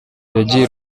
yajyiye